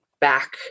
back